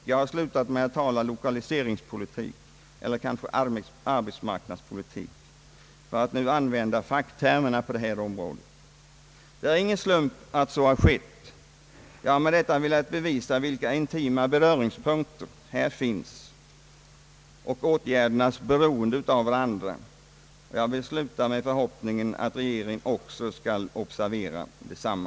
Jag har slutat med att tala lokaliseringspolitik eller kanske arbetsmarknadspolitik, för att använda facktermerna på det här området. Det är ingen slump att så har skett. Jag har med detta velat bevisa vilka intima beröringspunkter här finns och åtgärdernas beroende av varandra. Jag vill sluta med förhoppningen att regeringen också skall observera desamma.